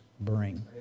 bring